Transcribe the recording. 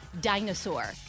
dinosaur